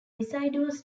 deciduous